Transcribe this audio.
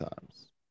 times